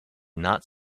not